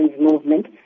Movement